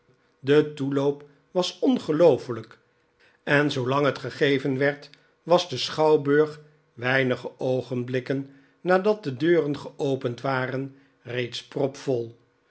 detoeloop was ongeloofelijk en zoolang het gegeven werd was de schouwburg weinige oogenblikken nadat de deuren geopend waren steeds propvol